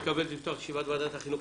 אני מתכבד לפתוח את ישיבת ועדת החינוך,